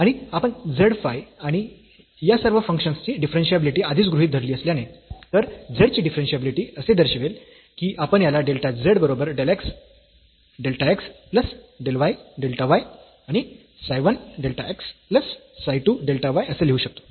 आणि आपण z phi आणि या सर्व फंक्शन्सची डिफरन्शियाबिलिटी आधीच गृहीत धरली असल्याने तर z ची डिफरन्शियाबिलिटी असे दर्शवेल की आपण याला डेल्टा z बरोबर del x delta x plus del y delta y आणि psi 1 delta x plus psi 2 delta y असे लिहू शकतो